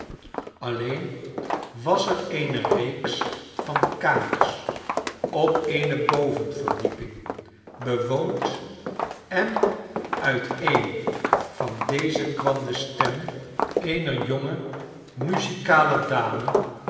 alleen was er eene reeks van kamers op eene bovenverdieping bewoond en uit een van deze kwam de stem eener jonge muzikale dame